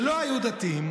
שלא היו דתיים,